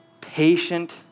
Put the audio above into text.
patient